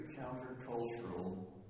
counter-cultural